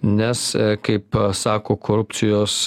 nes kaip sako korupcijos